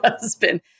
husband